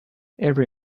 every